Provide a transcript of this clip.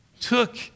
took